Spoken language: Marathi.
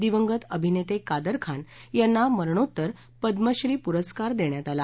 दिवंगत अभिनेते कादरखान यांना मरणोत्तर पद्मश्री पुरस्कार देण्यात आला